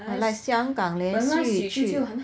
香港连续剧